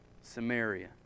Samaria